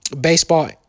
baseball